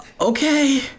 okay